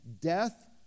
death